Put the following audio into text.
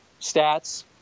stats